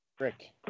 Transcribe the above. Rick